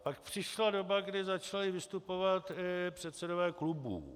Pak přišla doba, kdy začali vystupovat i předsedové klubů.